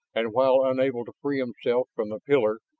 and while unable to free himself from the pillar,